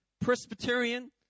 Presbyterian